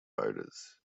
voters